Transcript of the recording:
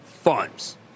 funds